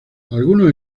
algunos